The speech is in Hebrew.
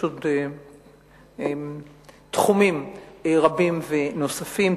יש תחומים רבים ונוספים,